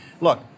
Look